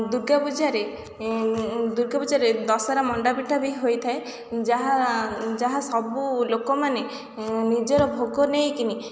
ଦୁର୍ଗା ପୂଜାରେ ଦୁର୍ଗା ପୂଜାରେ ଦଶହରା ମଣ୍ଡାପିଠା ବି ହୋଇଥାଏ ଯାହା ଯାହା ସବୁ ଲୋକମାନେ ନିଜର ଭୋଗ ନେଇକିନି